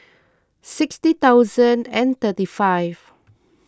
sixty thousand thirty five